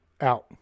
out